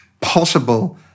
possible